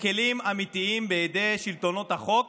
מכלים אמיתיים בידי שלטונות החוק,